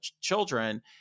children